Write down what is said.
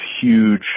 huge